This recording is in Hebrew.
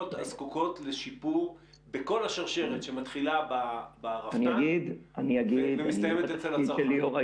שזקוקות לשיפור בכל השרשרת שמתחילה ברפתן ומסתיימת אצל הצרכן?